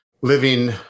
living